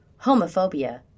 homophobia